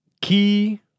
key